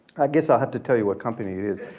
i guess i'll have to tell you what company it is,